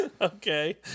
okay